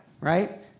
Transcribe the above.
right